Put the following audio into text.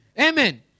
Amen